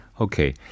Okay